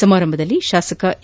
ಸಮಾರಂಭದಲ್ಲಿ ಶಾಸಕ ಎ